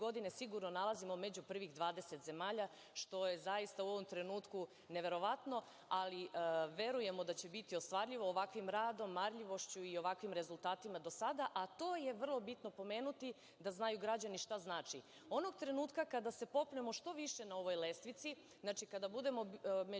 godine sigurno nalazimo među prvih 20 zemalja, što je zaista u ovom trenutku neverovatno, ali verujemo da će biti ostvarljivo ovakvim radom, marljivošću i ovakvim rezultatima do sada. To je vrlo bitno pomenuti da znaju građani šta znači. Onog trenutka kada se popnemo što više na ovoj lestvici, kad budemo među